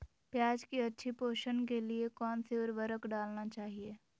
प्याज की अच्छी पोषण के लिए कौन सी उर्वरक डालना चाइए?